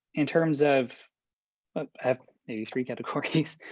in terms of have maybe streak out of corky's,